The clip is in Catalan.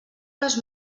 les